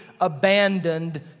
abandoned